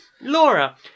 Laura